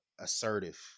assertive